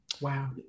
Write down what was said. Wow